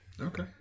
Okay